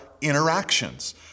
interactions